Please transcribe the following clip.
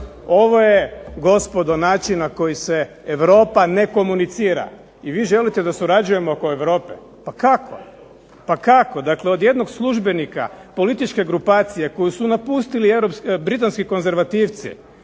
Ovo je gospodo način na koji se Europa ne komunicira. I vi želite da surađujemo oko Europe. Pa kako? Dakle, od jednog službenika političke grupacije koju su napustili britanski konzervativci